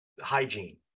hygiene